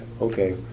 Okay